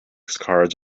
cards